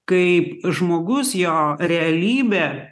kaip žmogus jo realybė